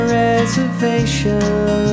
reservation